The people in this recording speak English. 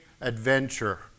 Adventure